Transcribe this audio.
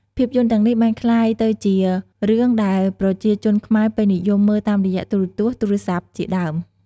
ភាពយន្តទាំងនេះបានក្លាយទៅជារឿងដែរប្រជាជនខ្មែរពេញនិយមមើលតាមរយៈ ទូរទស្សន៍ ទូរស័ព្ទជាដើម ។